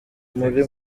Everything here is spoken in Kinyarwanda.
muri